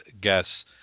guess